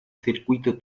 circuito